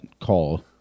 call